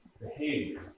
behavior